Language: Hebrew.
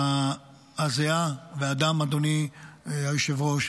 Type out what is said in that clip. אדוני היושב-ראש,